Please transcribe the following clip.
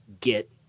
get